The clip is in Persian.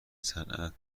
صنعت